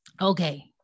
okay